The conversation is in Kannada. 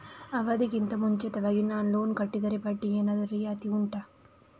ಅವಧಿ ಗಿಂತ ಮುಂಚಿತವಾಗಿ ನಾನು ಲೋನ್ ಕಟ್ಟಿದರೆ ಬಡ್ಡಿ ಏನಾದರೂ ರಿಯಾಯಿತಿ ಉಂಟಾ